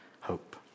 hope